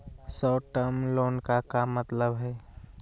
Short term loan के का मतलब हई?